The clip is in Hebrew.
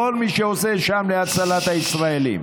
כל מי שעושה שם להצלת הישראלים,